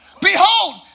Behold